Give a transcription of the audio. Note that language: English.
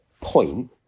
point